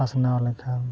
ᱯᱟᱥᱱᱟᱣ ᱞᱮᱠᱷᱟᱱ